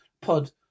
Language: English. pod